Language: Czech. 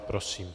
Prosím.